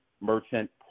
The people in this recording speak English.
merchant